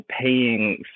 paying